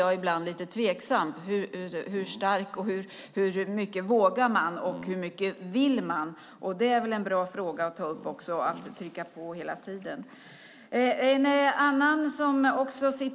Jag blir ibland lite tveksam när det gäller hur stark man är och hur mycket man vågar och vill. Det är väl också en bra fråga att ta upp.